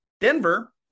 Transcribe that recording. Denver